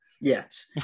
Yes